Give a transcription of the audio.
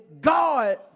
God